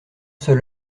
seul